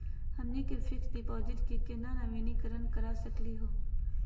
हमनी के fix deposit क केना नवीनीकरण करा सकली हो?